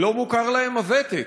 לא מוכר להם הוותק: